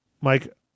Mike